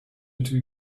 into